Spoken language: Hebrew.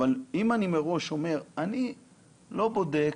אבל אם אני מראש אומר: אני לא בודק,